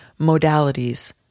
modalities